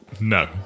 No